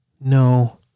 no